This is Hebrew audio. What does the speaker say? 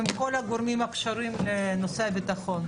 בין כל הגורמים הקשורים לנושא הביטחון.